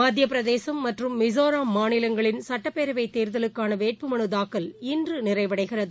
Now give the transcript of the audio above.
மத்தியபிரதேசும் மற்றும் மிசோராம் மாநிலங்களின்சட்டப்பேரவைத் தேர்தலுக்கானவேட்புமனுதாக்கல் இன்றுநிறைவடைகிறது